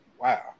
Wow